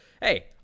hey